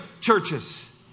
churches